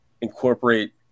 incorporate